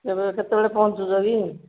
ଏବେ କେତେବେଳେ ପହଞ୍ଚୁଛ କି